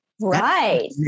Right